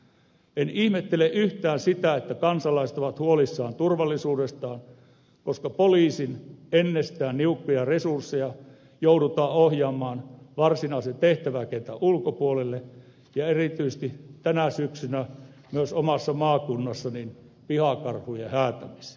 en ihmettele yhtään sitä että kansalaiset ovat huolissaan turvallisuudestaan koska poliisin ennestään niukkoja resursseja joudutaan ohjaamaan varsinaisen tehtäväkentän ulkopuolelle ja erityisesti tänä syksynä myös omassa maakunnassani pihakarhujen häätämiseen